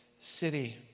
city